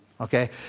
okay